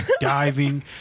diving